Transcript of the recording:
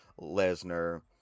Lesnar